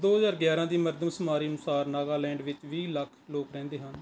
ਦੋ ਹਜ਼ਾਰ ਗਿਆਰਾਂ ਦੀ ਮਰਦਮਸ਼ੁਮਾਰੀ ਅਨੁਸਾਰ ਨਾਗਾਲੈਂਡ ਵਿੱਚ ਵੀਹ ਲੱਖ ਲੋਕ ਰਹਿੰਦੇ ਹਨ